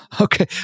Okay